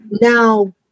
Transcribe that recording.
Now